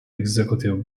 executive